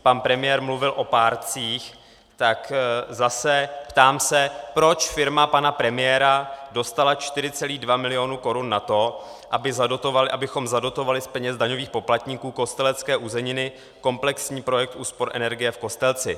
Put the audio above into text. Pan premiér mluvil o párcích, tak zase ptám se, proč firma pana premiéra dostala 4,2 milionu korun na to, aby zadotovala abychom zadotovali z peněz daňových poplatníků Kostelecké uzeniny, komplexní projekt úspor energie v Kostelci.